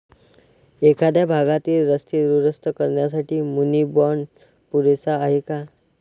एखाद्या भागातील रस्ते दुरुस्त करण्यासाठी मुनी बाँड पुरेसा आहे का?